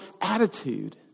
attitude